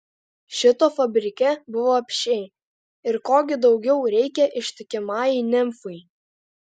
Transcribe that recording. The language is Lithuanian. šito fabrike buvo apsčiai ir ko gi daugiau reikia ištikimajai nimfai